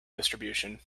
distribution